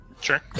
Sure